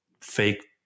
fake